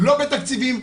לא בתקציבים,